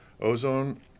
Ozone